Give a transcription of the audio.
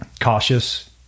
cautious